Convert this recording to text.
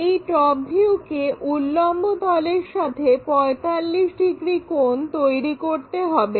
এই টপ ভিউকে উল্লম্ব তলের সাথে 45 ডিগ্রি কোণ তৈরি করতে হবে